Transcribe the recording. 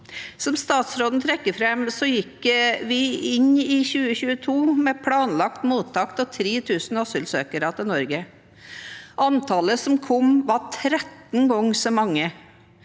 Som statsråden trekker fram, gikk vi inn i 2022 med planlagt mottak av 3 000 asylsøkere til Norge. Antallet som kom, var 13 ganger så mange,